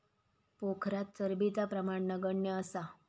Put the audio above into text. पोखरात चरबीचा प्रमाण नगण्य असा